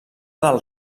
del